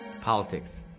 politics